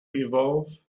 evolve